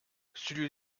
celui